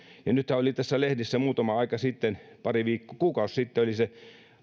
nythän oli tässä lehdissä muutama aika sitten kuukausi sitten se tapaus